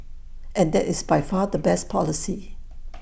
and that is by far the best policy